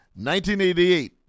1988